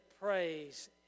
praise